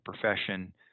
profession